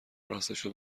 راستشو